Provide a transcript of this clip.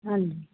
ਹਾਂਜੀ